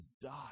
die